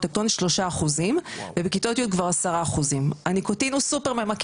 אלקטרוניות 3%. בכיתות י' כבר 10%. הניקוטין הוא סופר ממכר,